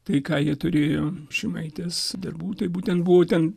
tai ką jie turėjo šimaitės darbų tai būtent buvo ten